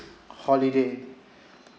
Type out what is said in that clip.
holiday